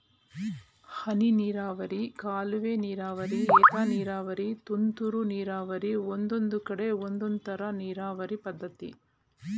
ಹನಿನೀರಾವರಿ ಕಾಲುವೆನೀರಾವರಿ ಏತನೀರಾವರಿ ತುಂತುರು ನೀರಾವರಿ ಒಂದೊಂದ್ಕಡೆ ಒಂದೊಂದ್ತರ ನೀರಾವರಿ ಪದ್ಧತಿ